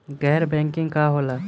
गैर बैंकिंग का होला?